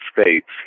States